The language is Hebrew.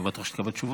לא בטוח שתקבל תשובה.